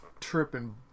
tripping